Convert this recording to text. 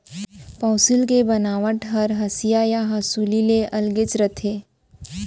पौंसुल के बनावट हर हँसिया या हँसूली ले अलगेच रथे